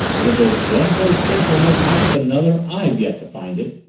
but if there's one place safer in this house than another, i've yet to find it.